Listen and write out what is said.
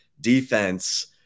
defense